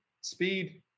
speed